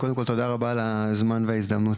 קודם כל תודה רבה על הזמן וההזדמנות,